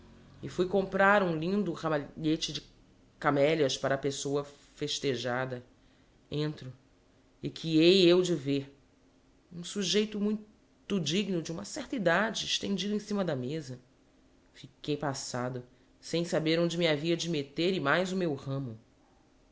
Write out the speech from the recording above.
e fui comprar um lindo rama lhete de camelias para a pessoa fes tejada entro e que hei de eu ver um su jeito mui to digno de uma certa edade estendido em cima da mesa fiquei passádo sem saber onde me havia de meter e mais o meu ramo